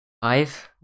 five